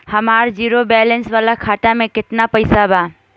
हमार zero balance वाला खाता में केतना पईसा बा?